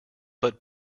but